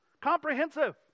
comprehensive